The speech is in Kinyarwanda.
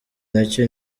nacyo